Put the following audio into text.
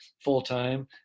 full-time